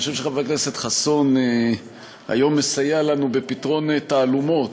אני חושב שחבר הכנסת חסון היום מסייע לנו בפתרון תעלומות.